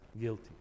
guilty